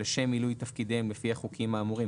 "לשם מילוי תפקידיהם לפי החוקים האמורים".